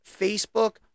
Facebook